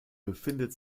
befindet